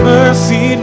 mercy